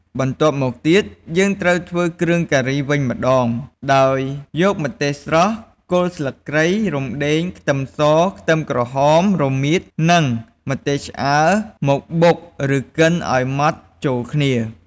បន្ទាប់មកទៀត យើងត្រូវធ្វើគ្រឿងការីវិញម្ដង ដោយយកម្ទេសស្រស់ គល់ស្លឹកគ្រៃ រុំដេង ខ្ទឹមស ខ្ទឹមក្រហម រមៀត និងម្ទេសឆ្អើរ មកបុក ឬកិនឱ្យម៉ដ្ឋចូលគ្នា។